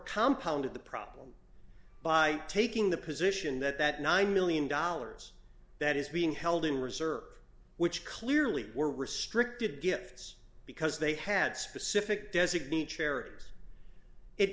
compound the problem by taking the position that that nine million dollars that is being held in reserve which clearly were restricted gifts because they had specific designee charities it